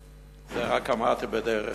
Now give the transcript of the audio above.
זה רק אמרתי בדרך,